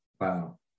wow